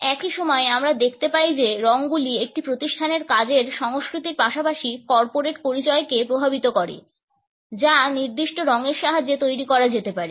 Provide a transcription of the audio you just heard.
একই সময়ে আমরা দেখতে পাই যে রঙগুলি একটি প্রতিষ্ঠানের কাজের সংস্কৃতির পাশাপাশি কর্পোরেট পরিচয়কে প্রভাবিত করে যা নির্দিষ্ট রঙের সাহায্যে তৈরি করা যেতে পারে